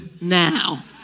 now